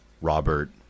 Robert